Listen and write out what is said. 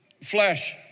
flesh